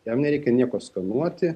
jam nereikia nieko skanuoti